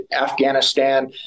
Afghanistan